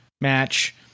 match